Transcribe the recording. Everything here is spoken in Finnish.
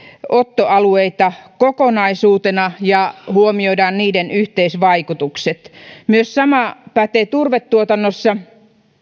ottoalueita kokonaisuutena ja huomioimme niiden yhteisvaikutukset sama pätee myös turvetuotannossa